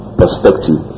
perspective